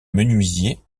menuisier